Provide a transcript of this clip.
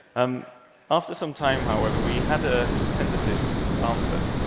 um after some time, however, we had a tentative answer.